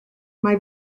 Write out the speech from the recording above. mae